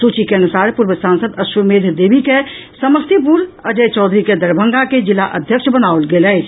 सूची के अनुसार पूर्व सांसद अश्वमेघ देवी के समस्तीपुर अजय चौधरी के दरभंगा के जिला अध्यक्ष बनाओल गेल अछि